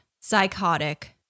psychotic